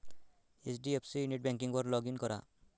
HDFC नेटबँकिंगवर log in करा